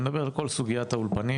אני מדבר על כל סוגיית האולפנים,